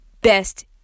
Best